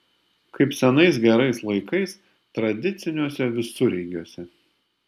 kaip senais gerais laikais tradiciniuose visureigiuose